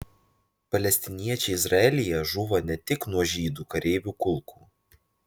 palestiniečiai izraelyje žūva ne tik nuo žydų kareivių kulkų